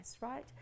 right